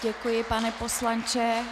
Děkuji, pane poslanče.